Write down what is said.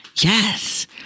Yes